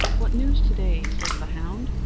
what news to-day? says the hound.